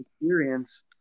experience